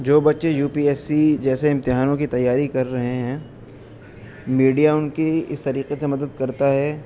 جو بچے U P S C جیسے امتحانوں کی تیاری کر رہے ہیں میڈیا ان کی اس طریقے سے مدد کرتا ہے